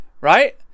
right